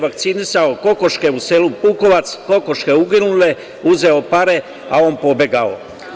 Vakcinisao je kokoške u selu Pukovac, kokoške uginule, uzeo pare, a on pobegao.